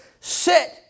sit